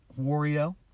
Wario